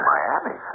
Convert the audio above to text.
Miami